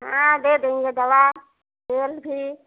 हाँ दे दुंगो दवा तेल भी